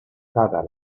kara